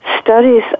studies